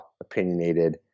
opinionated